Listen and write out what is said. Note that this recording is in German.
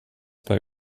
bei